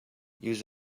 use